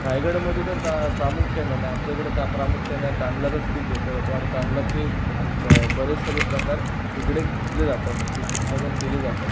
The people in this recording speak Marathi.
रायगडमध्ये तर तां प्रामुख्याने न आमच्या इकडं तर प्रामुख्याने तांदळाचंच पीक घेतला जातो आणि तांदळाचे बरेच सारे प्रकार इकडे घेतले जातात उत्पादन केले जातात